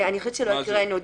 אני חושבת שלא הקראנו.